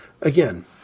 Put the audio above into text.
Again